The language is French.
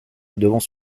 devant